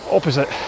Opposite